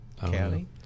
county